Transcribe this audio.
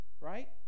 Right